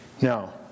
Now